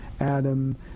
Adam